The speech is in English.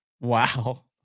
Wow